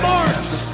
Marks